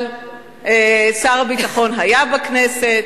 אבל שר הביטחון היה בכנסת,